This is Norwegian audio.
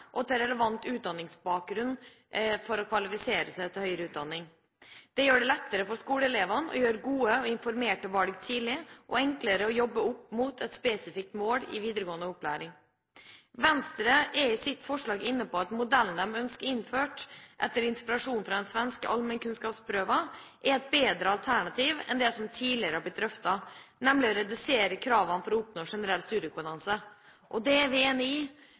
og til relevant utdanningsbakgrunn for å kvalifisere seg til høyere utdanning. Det gjør det lettere for skoleelevene å gjøre gode og informerte valg tidlig, og enklere å jobbe mot et spesifikt mål i videregående opplæring. Venstre er i sitt forslag inne på at modellen de ønsker innført etter inspirasjon fra det svenske «högskoleprovet», er et bedre alternativ enn det som tidligere har vært drøftet – nemlig å redusere kravene for å oppnå generell studiekompetanse. Det er vi enig i,